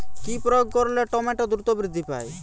কি প্রয়োগ করলে টমেটো দ্রুত বৃদ্ধি পায়?